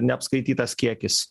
neapskaitytas kiekis